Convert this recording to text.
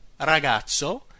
ragazzo